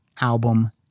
album